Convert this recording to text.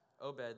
Obed